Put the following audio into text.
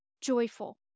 joyful